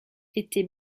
était